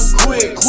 quick